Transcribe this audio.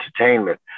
entertainment